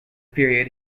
period